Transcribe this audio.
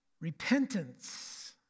Repentance